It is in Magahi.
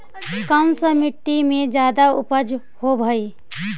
कोन सा मिट्टी मे ज्यादा उपज होबहय?